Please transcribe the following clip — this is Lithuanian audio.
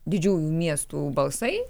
didžiųjų miestų balsai